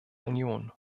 union